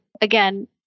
again